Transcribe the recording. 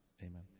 Amen